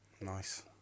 Nice